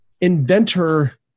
inventor